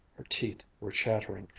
her teeth were chattering,